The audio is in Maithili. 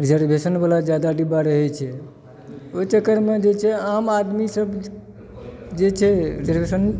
रिजर्वेशन वला जादा डिब्बा रहय छै ओहि चक्करमे जे छै आम आदमी सब जे छै से रिजर्वेशन